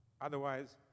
Otherwise